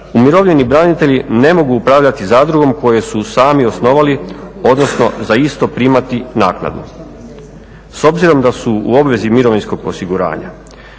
umirovljeni branitelji ne mogu upravljati zadrugom koju su sami osnovali odnosno za isto primati naknadu. S obzirom da su u obvezi mirovinskog osiguranja.